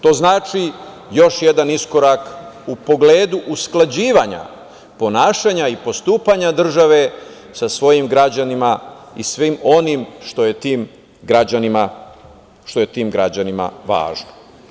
To znači još jedan iskorak u pogledu usklađivanja ponašanja i postupanja države sa svojim građanima i svim onim što je tim građanima važno.